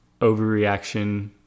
overreaction